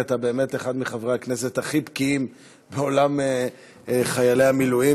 כי אתה באמת אחד מחברי הכנסת הכי בקיאים בעולם חיילי המילואים,